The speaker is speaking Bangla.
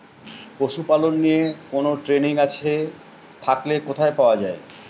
পশুপালন নিয়ে কোন ট্রেনিং আছে থাকলে কোথায় পাওয়া য়ায়?